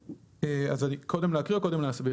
קודם להקריא או להסביר.